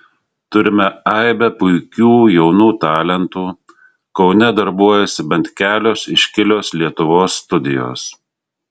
turime aibę puikių jaunų talentų kaune darbuojasi bent kelios iškilios lietuvos studijos